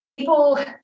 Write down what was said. People